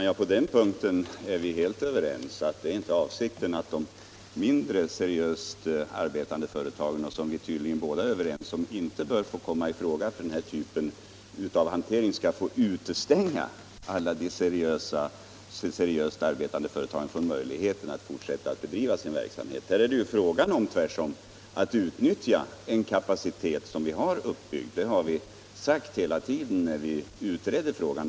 Fru talman! Vi är helt överens om att det inte är avsikten att de mindre seriöst arbetande företagen, som vi tydligen båda anser inte bör komma i fråga för denna typ av hantering, skall få utestänga alla de seriöst arbetande företagen från möjligheten att fortsätta att bedriva sin verksamhet. Här är det tvärtom fråga om att utnyttja en kapacitet som är uppbyggd. Det har vi sagt hela tiden när vi utrett frågan.